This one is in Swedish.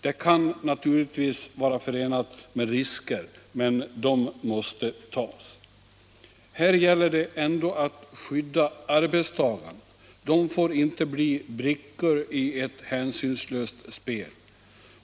Det kan naturligtvis vara förenat med risker, men de måste tas. Här gäller det ändå att skydda arbetstagarna. De får inte bli brickor i ett hänsynslöst spel.